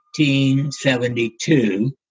1972